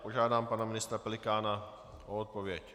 Požádám pana ministra Pelikána o odpověď.